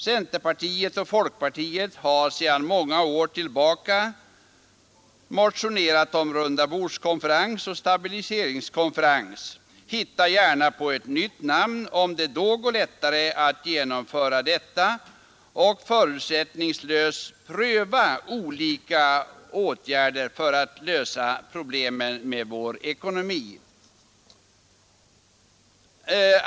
Centerpartiet och folkpartiet har sedan många år tillbaka motionerat om rundabords konferens eller stabiliseringskonferens. Hitta gärna på ett nytt namn om det då går lättare att genomföra förslaget och förutsättningslöst pröva olika åtgärder för att lösa problemen i vår ekonomi!